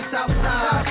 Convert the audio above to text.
Southside